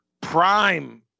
prime